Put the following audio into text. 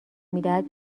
میدهد